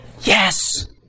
yes